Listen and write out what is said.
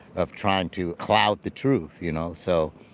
of trying to cloud the truth. you know? so,